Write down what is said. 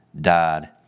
died